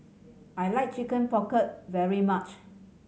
I like Chicken Pocket very much